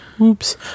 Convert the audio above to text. oops